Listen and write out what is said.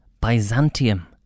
Byzantium